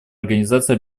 организации